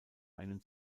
einen